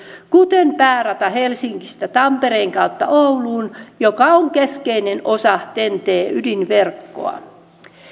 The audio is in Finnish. kuten päärata helsingistä tampereen kautta ouluun joka on keskeinen osa ten t ydinverkkoa